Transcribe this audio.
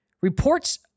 Reports